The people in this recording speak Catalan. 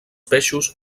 peixos